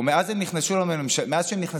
12. הצבעה על ההסתייגות.